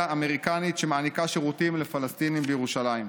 אמריקנית שמעניקה שירותים לפלסטינים בירושלים.